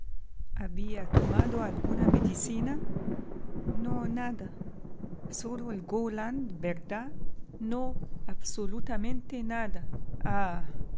había tomado alguna medicina no nada sólo el gowland verdad no absolutamente nada